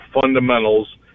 fundamentals